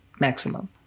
maximum